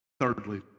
Thirdly